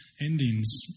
endings